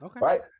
right